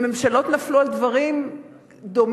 וממשלות נפלו על דברים דומים,